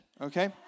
okay